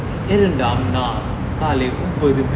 இரண்டாம் நாள் காலை ஒன்பது:irandaam naal kaalai onbathu